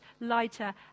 lighter